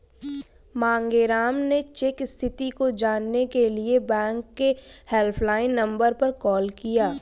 मांगेराम ने चेक स्थिति को जानने के लिए बैंक के हेल्पलाइन नंबर पर कॉल किया